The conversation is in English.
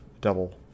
double